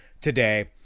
today